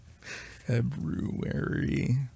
February